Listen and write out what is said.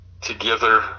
together